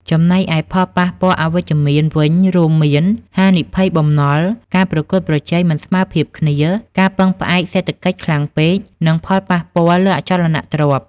ចំណែកឯផលប៉ះពាល់អវិជ្ជមានវិញរួមមាន ហានិភ័យបំណុល ការប្រកួតប្រជែងមិនស្មើភាពគ្នា ការពឹងផ្អែកសេដ្ឋកិច្ចខ្លាំងពេក និងផលប៉ះពាល់លើអចលនទ្រព្យ។